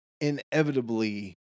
inevitably